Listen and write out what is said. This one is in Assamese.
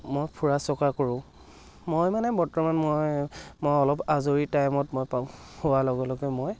মই ফুৰা চকা কৰোঁ মই মানে বৰ্তমান মই মই অলপ আজৰি টাইমত মই পাওঁ পোৱাৰ লগে লগে মই